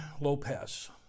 Lopez